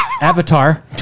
avatar